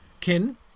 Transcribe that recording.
kin